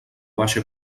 baixa